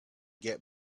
get